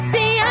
See